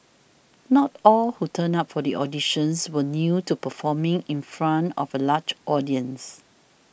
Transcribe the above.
not all who turned up for the auditions were new to performing in front of a large audience